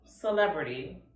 celebrity